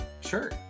Sure